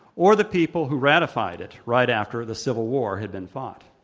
or the people who ratified it right after the civil war had been fought.